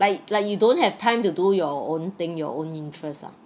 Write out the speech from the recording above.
like like you don't have time to do your own thing your own interest ah